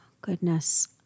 Goodness